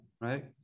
right